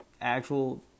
actual